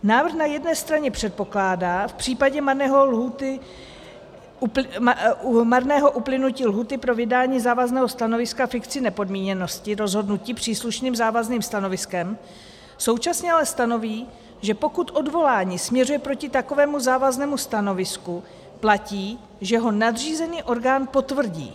Návrh na jedné straně předpokládá v případě marného uplynutí lhůty pro vydání závazného stanoviska fikci nepodmíněnosti rozhodnutí příslušným závazným stanoviskem, současně ale stanoví, že pokud odvolání směřuje proti takovému závaznému stanovisku, platí, že ho nadřízený orgán potvrdí.